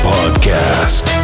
Podcast